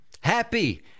happy